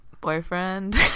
boyfriend